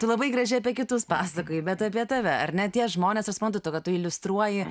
tu labai gražiai apie kitus pasakoji bet apie tave ar ne tie žmonės aš suprantu kad tu iliustruoji